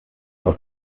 aus